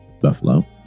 Buffalo